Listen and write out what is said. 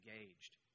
engaged